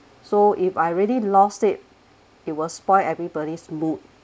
so if I really lost it it will spoil everybody's mood